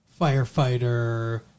firefighter